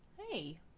Hey